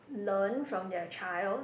learn from their child